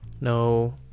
No